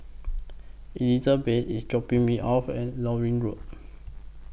Elizabet IS dropping Me off At Lornie Road